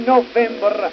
November